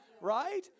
right